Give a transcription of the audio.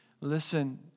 Listen